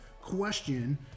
question